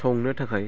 संनो थाखाय